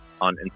on